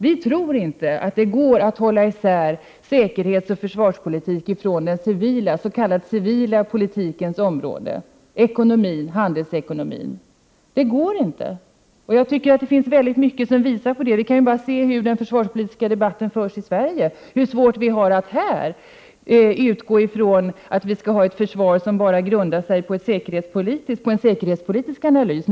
Vi tror inte att det går att hålla isär säkerhetsoch försvarspolitiken och den s.k. civila politikens områden, t.ex. ekonomi och handel. Det går Prot. 1988/89:73 inte, och jag tycker att det finns mycket som tyder på detta. Vi behöver bara 24 februari 1989 se på hur den försvarspolitiska debatten förs i Sverige, hur svårt vi har att här utgå ifrån att vi skall ha ett försvar som bara grundar sig på en säkerhetspolitisk analys.